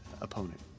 opponent